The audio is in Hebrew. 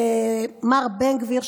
מר בן גביר,